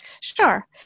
sure